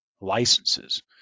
licenses